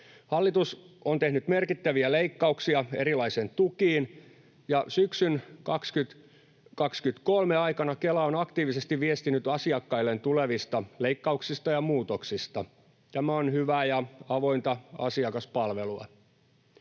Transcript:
Hallitus on tehnyt merkittäviä leikkauksia erilaisiin tukiin, ja syksyn 2023 aikana Kela on aktiivisesti viestinyt asiakkailleen tulevista leikkauksista ja muutoksista — tämä on hyvää ja avointa asiakaspalvelua.